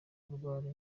kurwara